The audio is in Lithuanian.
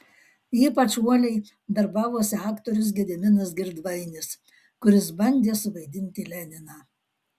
ypač uoliai darbavosi aktorius gediminas girdvainis kuris bandė suvaidinti leniną